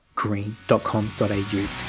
Green.com.au